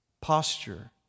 posture